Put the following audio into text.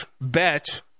bet